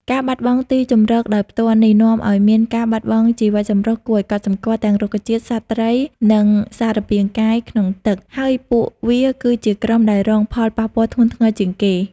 ការបាត់បង់ទីជម្រកដោយផ្ទាល់នេះ នាំឱ្យមានការបាត់បង់ជីវៈចម្រុះគួរឱ្យកត់សម្គាល់ ទាំងរុក្ខជាតិ សត្វ ត្រី និងសារពាង្គកាយក្នុងទឹក ហើយពួគវាគឺជាក្រុមដែលរងផលប៉ះពាល់ធ្ងន់ធ្ងរជាងគេ។